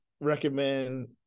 recommend